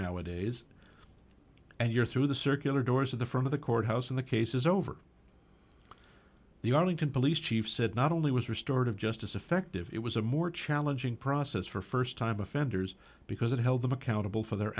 nowadays and you're through the circular doors of the front of the courthouse and the case is over the arlington police chief said not only was restored of justice effective it was a more challenging process for first time offenders because it held them accountable for their